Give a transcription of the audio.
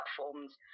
platforms